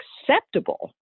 acceptable